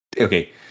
okay